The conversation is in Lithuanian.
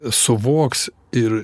suvoks ir